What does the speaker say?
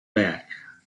back